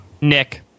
Nick